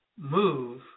move